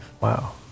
Wow